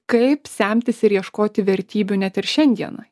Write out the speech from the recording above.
kaip semtis ir ieškoti vertybių net ir šiandienoj